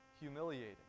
humiliating